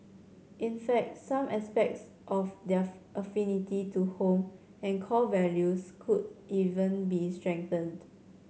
in fact some aspects of their affinity to home and core values could even be strengthened